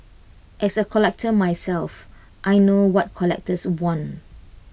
as A collector myself I know what collectors want